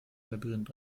labyrinth